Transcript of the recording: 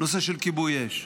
הנושא של כיבוי אש.